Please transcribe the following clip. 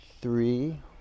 three